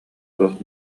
туох